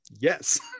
yes